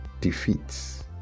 defeats